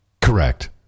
Correct